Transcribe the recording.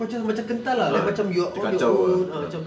kau jangan macam kental ah like macam you're on your own ah macam